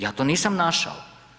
Ja to nisam našao.